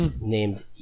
named